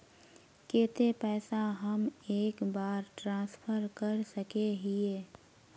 केते पैसा हम एक बार ट्रांसफर कर सके हीये?